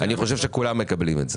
אני חושב שכולם מקבלים את זה,